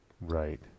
Right